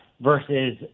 versus